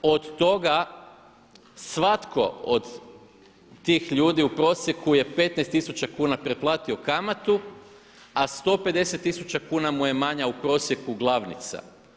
Od toga svatko od tih ljudi u prosjeku je 15 tisuća kuna preplatio kamatu, a 150 tisuća kuna mu je manja u prosjeku glavnica.